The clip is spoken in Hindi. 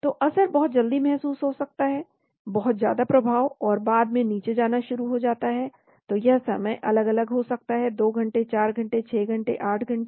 तो असर बहुत जल्दी महसूस हो सकता है बहुत ज्यादा प्रभाव और फिर बाद में नीचे जाना शुरू हो जाता है तो यह समय अलग अलग हो सकता है 2 घंटे 4 घंटे 6 घंटे 8 घंटे